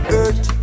earth